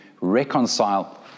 reconcile